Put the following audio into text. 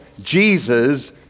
Jesus